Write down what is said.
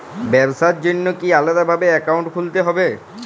ব্যাবসার জন্য কি আলাদা ভাবে অ্যাকাউন্ট খুলতে হবে?